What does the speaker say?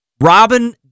Robin